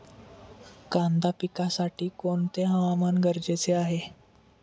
कांदा पिकासाठी कोणते हवामान गरजेचे आहे?